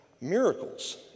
miracles